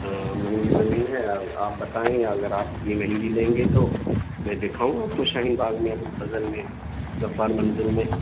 مہنگی زمین ہے آپ بتائیں یا اگر آپ اتنی مہنگی لیں گے تو میں دکھاؤں آپ کو شاہین باغ میں ابو الفضل میں غفار منزل میں